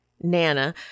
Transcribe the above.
Nana